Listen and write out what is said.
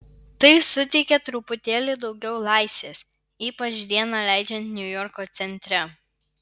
tai suteikia truputėlį daugiau laisvės ypač dieną leidžiant niujorko centre